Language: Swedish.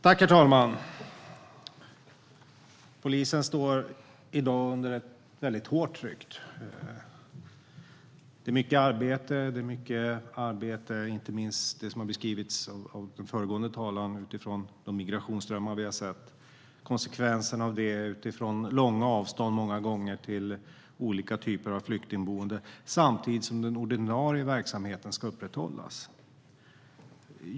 Herr talman! Polisen står i dag under ett väldigt hårt tryck. Det är mycket arbete, inte minst, som har beskrivits av föregående talare, utifrån de migrationsströmmar vi har sett och konsekvenserna av dessa. Det är många gånger långa avstånd till olika typer av flyktingboenden. Samtidigt ska den ordinarie verksamheten upprätthållas.